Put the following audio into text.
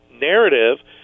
narrative